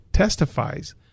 testifies